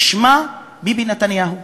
שמה ביבי נתניהו.